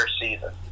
season